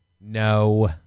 no